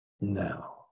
now